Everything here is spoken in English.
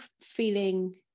feeling